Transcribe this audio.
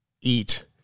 eat